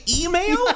email